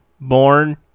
Born